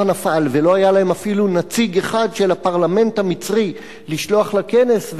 נפל' ולא היה להם אפילו נציג אחד של הפרלמנט המצרי לשלוח לכנס,